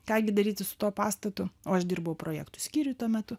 ką gi daryti su tuo pastatu o aš dirbau projektų skyriuj tuo metu